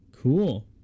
Cool